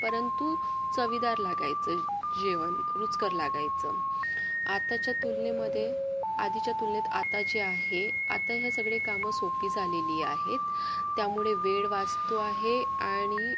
परंतु चवीदार लागायचं जेवण रुचकर लागायचं आताच्या तुलनेमध्ये आधीच्या तुलनेत आता जे आहे आता हे सगळे कामं सोपी झालेली आहेत त्यामुळे वेळ वाचतो आहे आणि